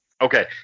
Okay